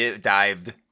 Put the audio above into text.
dived